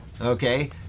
okay